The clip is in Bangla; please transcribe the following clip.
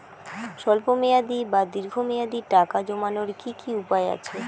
স্বল্প মেয়াদি বা দীর্ঘ মেয়াদি টাকা জমানোর কি কি উপায় আছে?